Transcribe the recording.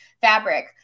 fabric